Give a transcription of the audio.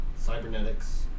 cybernetics